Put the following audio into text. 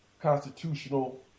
Constitutional